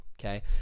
okay